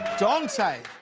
dante,